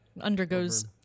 undergoes